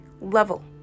level